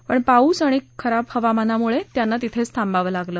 पण पाऊस आणि खराब हवामानामुळं त्यांना थाबावं लागलं